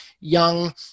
young